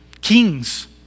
Kings